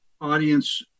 audience